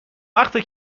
وقتی